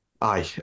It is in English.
Aye